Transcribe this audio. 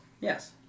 Yes